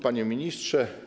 Panie Ministrze!